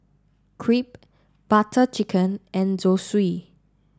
Crepe Butter Chicken and Zosui